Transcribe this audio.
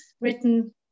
written